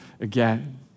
again